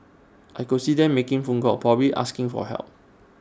I could see them making phone calls probably asking for help